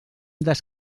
des